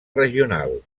regional